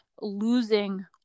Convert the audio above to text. losing